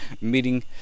meeting